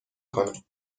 کنم